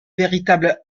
véritables